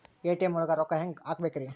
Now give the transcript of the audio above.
ATM ಒಳಗ್ ರೊಕ್ಕ ಹೆಂಗ್ ಹ್ಹಾಕ್ಬೇಕ್ರಿ?